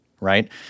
right